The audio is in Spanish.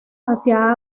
hacia